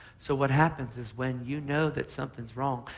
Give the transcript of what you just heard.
so what happens is when you know that something's wrong,